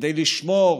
כדי לשמור